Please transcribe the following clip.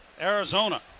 Arizona